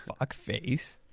fuckface